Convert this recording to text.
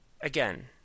Again